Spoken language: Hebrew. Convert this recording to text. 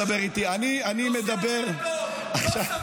נוסע באדום, לא שם